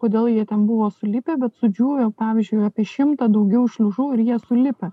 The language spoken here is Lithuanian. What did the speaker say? kodėl jie ten buvo sulipę bet sudžiūvę pavyzdžiui apie šimtą daugiau šliužų ir jie sulipę